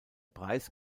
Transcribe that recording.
preis